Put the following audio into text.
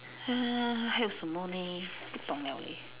还有什么 leh 不懂 liao leh